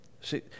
See